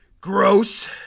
Gross